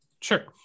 Sure